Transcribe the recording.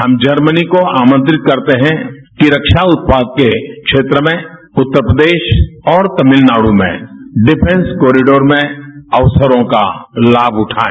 हम जर्मनी को आमंत्रित करते है कि रक्षा उत्पाद के क्षेत्र में उत्तर प्रदेश और तमिलनाड् में डिफेंस कॉरिडोर में अक्सरों का लाभ उठाएं